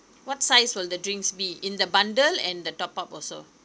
what size will the drinks be in the bundle and the top up also